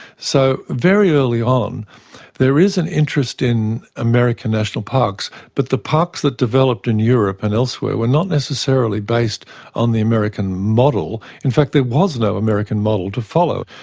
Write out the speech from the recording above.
so very early on there is an interest in american national parks, but the parks that developed in europe and elsewhere were not necessarily based on the american model. in fact there was no american model to follow,